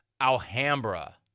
Alhambra